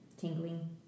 Tingling